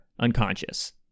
unconscious